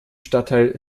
stadtteil